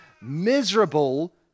miserable